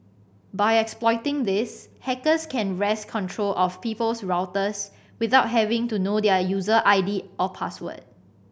by exploiting this hackers can wrest control of people's routers without having to know their user I D or password